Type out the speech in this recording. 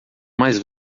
mais